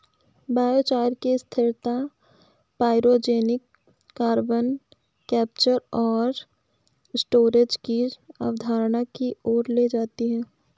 biochar की स्थिरता pyrogenic carbon capture और स्टोरेज की अवधारणा की ओर ले जाती है